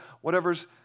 whatever's